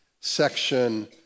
section